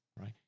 right